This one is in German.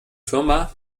firma